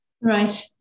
Right